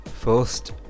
First